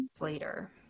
later